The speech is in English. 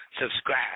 subscribe